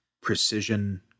precision